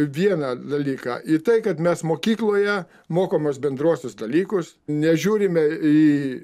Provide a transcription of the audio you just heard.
vieną dalyką į tai kad mes mokykloje mokomos bendruosius dalykus nežiūrime į